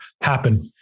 happen